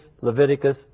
Leviticus